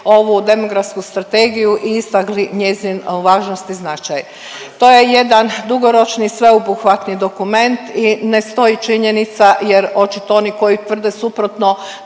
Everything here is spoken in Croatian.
ovu demografsku strategiju i istakli njezinu važnost i značaj. To je jedan dugoročni sveobuhvatni dokument i ne stoji činjenica, jer očito oni koji tvrde suprotno